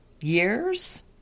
years